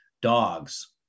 dogs